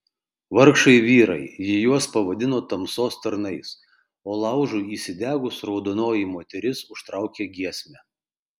vargšai vyrai ji juos pavadino tamsos tarnais o laužui įsidegus raudonoji moteris užtraukė giesmę